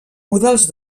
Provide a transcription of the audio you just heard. models